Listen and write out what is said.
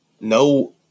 No